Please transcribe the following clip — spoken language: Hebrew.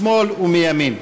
משמאל ומימין.